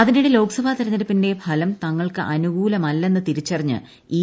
അതിനിടെ ലോക്സഭാ തെരഞ്ഞെടുപ്പിന്റെ ഫലം തങ്ങൾക്ക് അനുകൂലമല്ലെന്ന് തിരിച്ചറിഞ്ഞ് ഇ